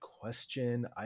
question